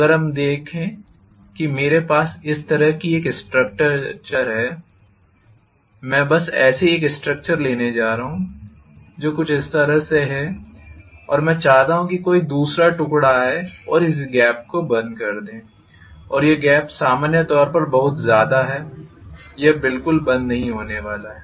अगर हम कहें कि मेरे पास इस तरह की एक स्ट्रक्चर है मैं बस ऐसे ही एक स्ट्रक्चरलेने जा रहा हूं जो कुछ इस तरह है और मैं चाहता हूं कि कोई दूसरा टुकड़ा आए और इस गैप को बंद कर दे और यह गैप सामान्य तौर पर बहुत ज़्यादा है यह बिल्कुल बंद नहीं होने वाला है